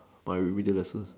my remedial lessons